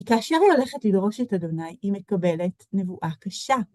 כאשר היא הולכת לדרוש את ה' היא מקבלת נבואה קשה.